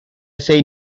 said